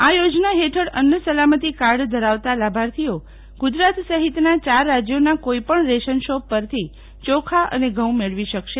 આ યોજના હેઠળ અન્ન સલામતી કાર્ડ ધરાવતા લાભાર્થીઓ ગુજરાત સહિતના યાર રાજ્યોના કોઈ પણ રેશન શોપ પરથી યોખા અને ઘઉં મેળવી શકશે